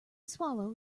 swallow